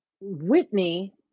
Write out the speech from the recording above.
Whitney